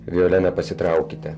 violena pasitraukite